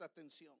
atención